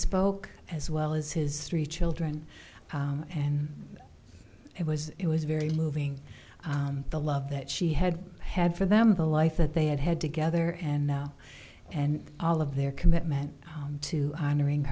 spoke as well as his three children and it was it was very moving the love that she had had for them the life that they had had together and now and all of their commitment to honoring